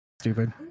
stupid